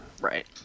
Right